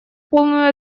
полную